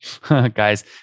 Guys